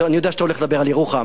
אני יודע שאתה הולך לדבר על ירוחם,